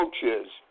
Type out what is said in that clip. coaches